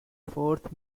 fourth